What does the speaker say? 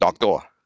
doctor